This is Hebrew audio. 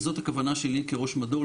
וזאת הכוונה שלי כראש מדור,